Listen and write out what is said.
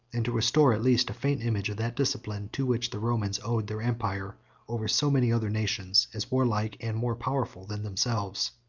and to restore at least a faint image of that discipline to which the romans owed their empire over so many other nations, as warlike and more powerful than themselves.